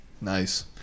Nice